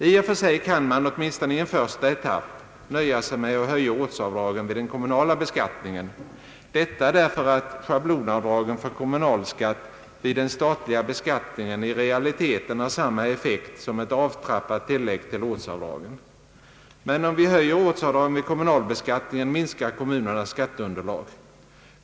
I och för sig kan man, åtminstone i en första etapp, nöja sig med att höja ortsavdragen vid den kommunala beskattningen, detta därför att schablonavdragen för kommunalskatt vid den statliga beskattningen i realiteten har samma effekt som ett avtrappat tillägg till ortsavdragen. Men om vi höjer ortsavdragen vid kommunalbeskattningen minskar kommunernas skatteunderlag.